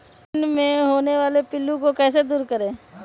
बैंगन मे होने वाले पिल्लू को कैसे दूर करें?